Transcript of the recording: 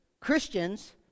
Christians